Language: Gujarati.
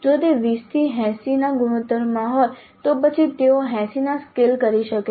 જો તે 2080 CIE SEE ના ગુણોત્તરમાં હોય તો પછી તેઓ 80 ના સ્કેલ કરી શકે છે